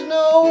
no